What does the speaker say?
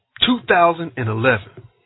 2011